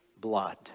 blood